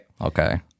Okay